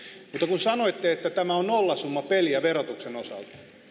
kun sanoitte että tämä on nollasummapeliä verotuksen osalta niin